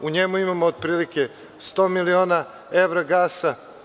U njemu imamo otprilike 100 miliona evra gasa.